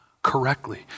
correctly